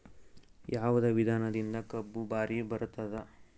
ಯಾವದ ವಿಧಾನದಿಂದ ಕಬ್ಬು ಭಾರಿ ಬರತ್ತಾದ?